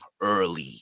early